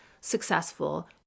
successful